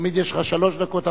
תמיד יש לך שלוש דקות.